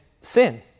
sin